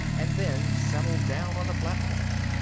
and then settled down on the platform.